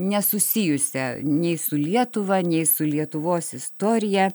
nesusijusią nei su lietuva nei su lietuvos istorija